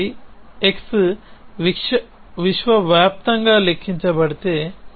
కాబట్టి x విశ్వవ్యాప్తంగా లెక్కించబడితే